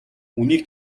үнийг